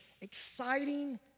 exciting